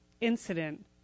incident